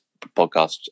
podcast